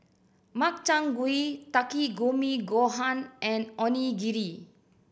Makchang Gui Takikomi Gohan and Onigiri